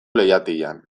leihatilan